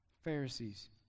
Pharisees